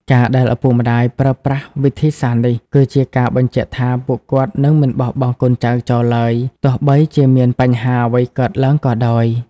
ការដែលឪពុកម្ដាយប្រើប្រាស់វិធីសាស្រ្តនេះ គឺជាការបញ្ជាក់ថាពួកគាត់នឹងមិនបោះបង់កូនចៅចោលឡើយ ទោះបីជាមានបញ្ហាអ្វីកើតឡើងក៏ដោយ។